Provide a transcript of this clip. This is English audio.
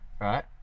right